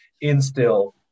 instill